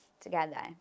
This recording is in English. together